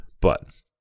but